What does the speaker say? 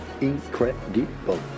incredible